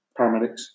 paramedics